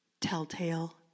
telltale